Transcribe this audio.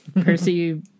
Percy